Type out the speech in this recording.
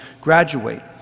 graduate